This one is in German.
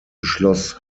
beschloss